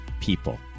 people